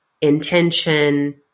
intention